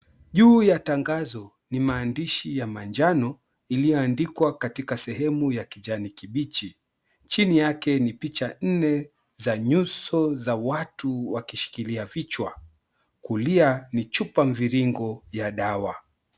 Juu ya tangazo ni mahandishi ya manjano iliyoandikwa katika sehemu ya kijani kibichi chini yake ni picha nne za nyuso za watu wakishikilia vichwa. Kulia ni chupa mviringo ya dawa.